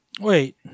Wait